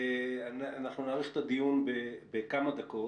אנחנו נאריך את הדיון בכמה דקות.